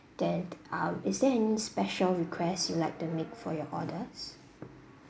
then uh is there any special requests you like to make for your orders